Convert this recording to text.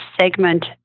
segment